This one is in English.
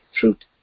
fruit